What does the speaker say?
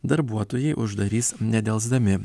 darbuotojai uždarys nedelsdami